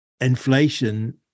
inflation